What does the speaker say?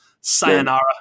Sayonara